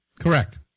Correct